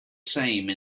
same